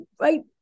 right